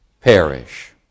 perish